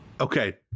Okay